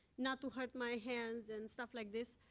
not to hurt my hands, and stuff like this.